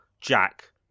Jack